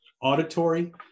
auditory